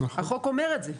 והחוק אומר את זה.